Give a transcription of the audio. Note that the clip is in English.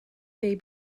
they